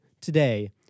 today